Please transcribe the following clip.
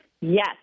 Yes